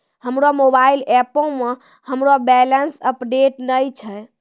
हमरो मोबाइल एपो मे हमरो बैलेंस अपडेट नै छै